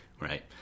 right